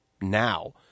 now